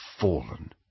fallen